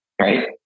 right